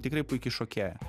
tikrai puiki šokėja